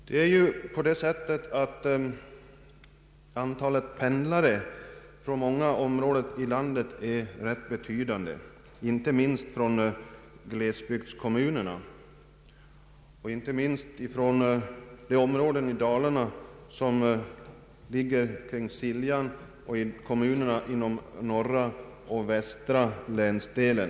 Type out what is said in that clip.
Det är ju så att antalet pendlare från många områden i landet är rätt betydande, inte minst från glesbygdskommunerna, däribland de områden i Dalarna som ligger kring Siljan och kommunerna inom norra och västra läns delen.